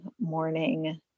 morning